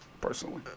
personally